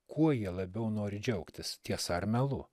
kuo jie labiau nori džiaugtis tiesa ar melu